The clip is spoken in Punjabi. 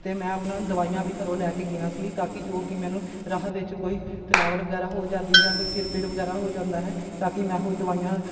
ਅਤੇ ਮੈਂ ਆਪਣਾ ਦਵਾਈਆਂ ਵੀ ਘਰੋਂ ਲੈ ਕੇ ਗਿਆ ਸੀ ਤਾਂ ਕਿ ਜੋ ਕਿ ਮੈਨੂੰ ਰਾਹ ਵਿੱਚ ਕੋਈ ਥਕਾਵਟ ਵਗੈਰਾ ਹੋ ਜਾਂਦੀ ਹੈ ਕੋਈ ਸਿਰ ਪੀੜ ਵਗੈਰਾ ਹੋ ਜਾਂਦਾ ਹੈ ਤਾਂ ਕਿ ਮੈਂ ਉਹ ਦਵਾਈਆਂ